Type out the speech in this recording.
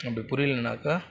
அப்படி புரியலைனாக்கா